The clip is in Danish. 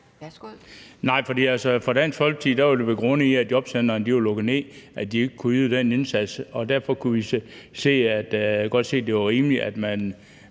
Nej, for Dansk Folkeparti var det begrundet i, at jobcentrene var lukket ned, så de ikke kunne yde den indsats. Derfor kunne vi godt se, at det var rimeligt, at man